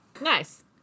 nice